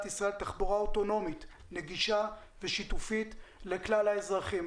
ישראל תחבורה אוטונומית נגישה ושיתופית לכלל האזרחים.